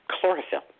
chlorophyll